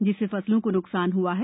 जिससे फसलों को नुकसान हुआ है